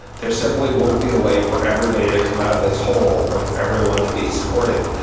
there's simply won't be a way for everybody to come out of this hole or for everyone to be supported.